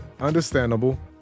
Understandable